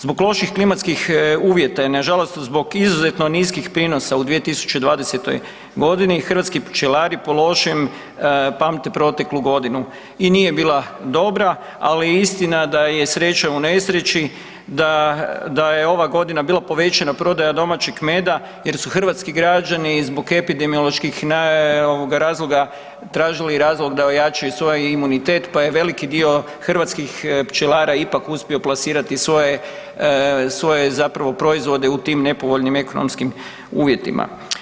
Zbog loših klimatskih uvjeta i nažalost zbog izuzetno niskih prinosa u 2020. g. hrvatski pčelari po lošem pamte proteklu godinu i nije bila dobra, ali je istina da je sreća u nesreći da je ova godina bila povećana prodaja domaćeg meda jer su hrvatski građani zbog epidemioloških razloga tražili razlog da ojačaju svoj imunitet pa je veliki dio hrvatskih pčelara ipak uspio plasirati svoje zapravo proizvode u tim nepovoljnim ekonomskim uvjetima.